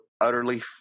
Utterly